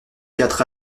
quatre